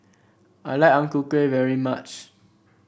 I like Ang Ku Kueh very much